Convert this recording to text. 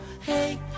hey